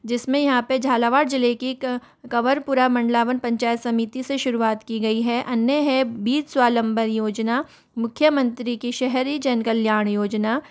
जिस में यहाँ पर झालावाड़ ज़िले के कुंवर पूरा मंडला वन पंचायत समिति से शुरुआत की गई है अन्य है बीज स्वावलंबन योजना मुख्य मंत्री की शहरी जन कल्याण योजना